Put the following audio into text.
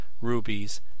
rubies